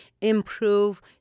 improve